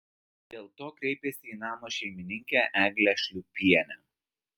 dėl to kreipėsi į namo šeimininkę eglę šliūpienę